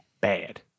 bad